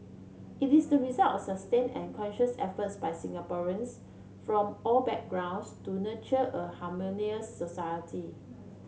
it is the result of sustained and conscious efforts by Singaporeans from all backgrounds to nurture a harmonious society